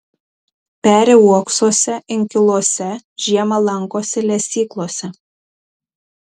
peri uoksuose inkiluose žiemą lankosi lesyklose